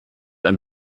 ein